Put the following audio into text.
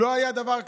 לא היה דבר כזה,